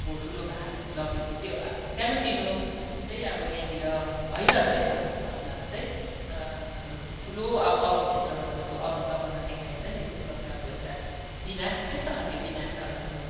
को ठुलो भाग लगेको त्यो सानो तिनो चाहिँ अब यहाँनिर भइरहन्छ यस्तो खालको घटनाहरू चाहिँ तर ठुलो अरू क्षेत्रमा जस्तो अरू जग्गामा देखाइन्छ नि जुन प्रकारको एउटा विनाश त्यस्तो खालको विनाश चाहिँ अहिलेसम्म